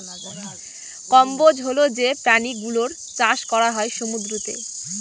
কম্বোজ হল যে প্রাণী গুলোর চাষ করা হয় সমুদ্রতে